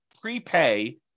prepay